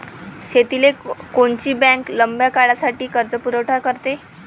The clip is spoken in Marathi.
शेतीले कोनची बँक लंब्या काळासाठी कर्जपुरवठा करते?